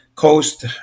coast